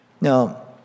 Now